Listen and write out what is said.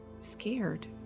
scared